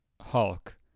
Hulk